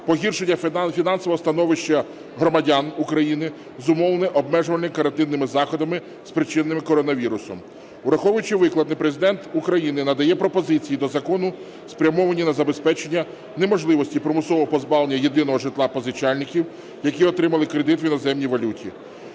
погіршення фінансового становища громадян України, зумовлене обмежувальними карантинними заходами, спричиненим коронавірусом. Враховуючи викладене, Президент України надає пропозиції до закону, спрямовані на забезпечення неможливості примусового позбавлення єдиного житла позичальників, які отримали кредит в іноземній валюті.